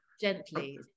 gently